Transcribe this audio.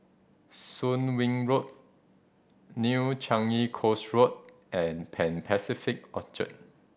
Soon Wing Road New Changi Coast Road and Pan Pacific Orchard